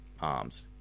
arms